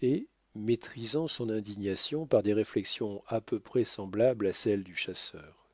et maîtrisant son indignation par des réflexions à peu près semblables à celles du chasseur